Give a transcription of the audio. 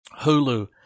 Hulu